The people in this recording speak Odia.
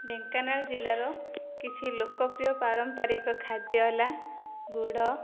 ଢେଙ୍କାନାଳ ଜିଲ୍ଲାର କିଛି ଲୋକପ୍ରିୟ ପାରମ୍ପରିକ ଖାଦ୍ୟ ହେଲା ଗୁଡ଼